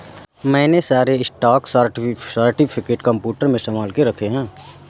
मैंने सारे stock certificate computer में संभाल के रखे हैं